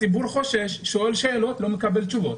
הציבור חושש, שואל שאלות ולא מקבל תשובות.